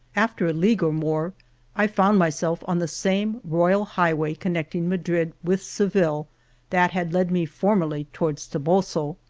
after a league or more i found myself on the same royal highway connecting madrid with seville that had led me formerly toward toboso.